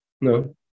no